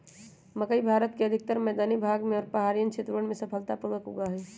मकई भारत के अधिकतर मैदानी भाग में और पहाड़ियन क्षेत्रवन में सफलता पूर्वक उगा हई